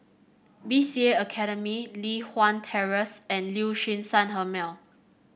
B C A Academy Li Hwan Terrace and Liuxun Sanhemiao